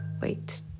Wait